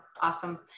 Awesome